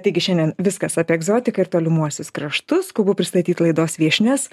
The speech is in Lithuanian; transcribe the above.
taigi šiandien viskas apie egzotiką ir tolimuosius kraštus skubu pristatyt laidos viešnias